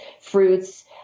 fruits